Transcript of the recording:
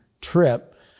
trip